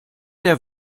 der